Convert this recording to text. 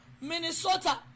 Minnesota